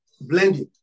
blending